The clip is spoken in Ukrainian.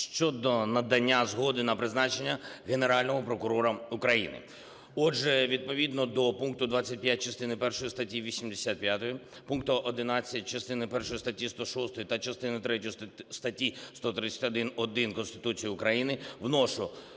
щодо надання згоди на призначення Генерального прокурора України. Отже, відповідно до пункту 25 частини першої статті 85, пункту 11 частини першої статті 106 та частини третьої статті 131-1 Конституції України вношу